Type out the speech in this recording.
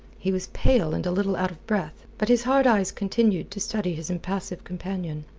he was pale and a little out of breath. but his hard eyes continued to study his impassive companion.